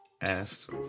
asked